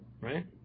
right